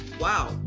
wow